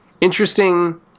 Interesting